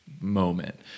moment